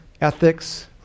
ethics